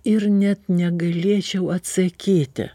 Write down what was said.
ir net negalėčiau atsakyti